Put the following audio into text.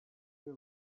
seva